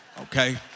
Okay